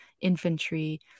infantry